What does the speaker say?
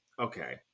Okay